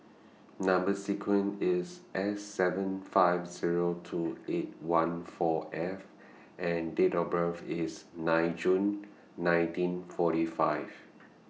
Number sequence IS S seven five Zero two eight one four F and Date of birth IS nine June nineteen forty five